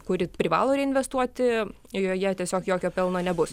kuri privalo reinvestuoti joje tiesiog jokio pelno nebus